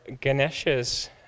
Ganesha's